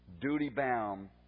duty-bound